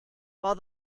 while